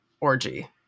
orgy